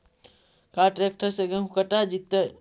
का ट्रैक्टर से गेहूं कटा जितै?